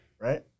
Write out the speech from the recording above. right